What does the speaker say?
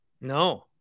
No